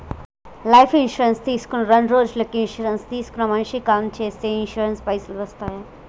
Life insurance తీసుకున్న రెండ్రోజులకి insurance తీసుకున్న మనిషి కాలం చేస్తే ఇన్సూరెన్స్ పైసల్ వస్తయా?